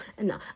No